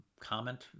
Comment